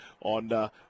on